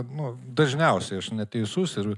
nu dažniausiai aš neteisus ir